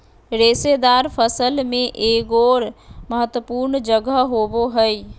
रेशेदार फसल में एगोर महत्वपूर्ण जगह होबो हइ